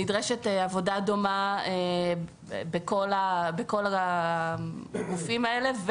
נדרשת עבודה דומה בכל הגופים האלה,